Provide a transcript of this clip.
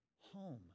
home